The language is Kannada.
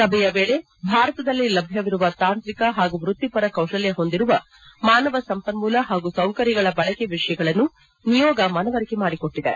ಸಭೆಯ ವೇಳೆ ಭಾರತದಲ್ಲಿ ಲಭ್ಯವಿರುವ ತಾಂತ್ರಿಕ ಹಾಗೂ ವೃತ್ತಿಪರ ಕೌಶಲ್ಕ ಹೊಂದಿರುವ ಮಾನವ ಸಂಪನ್ಮೂಲ ಹಾಗೂ ಸೌಕರ್ಯಗಳ ಬಳಕೆ ವಿಷಯಗಳನ್ನು ನಿಯೋಗ ಮನವರಿಕೆ ಮಾಡಿಕೊಟ್ಟದೆ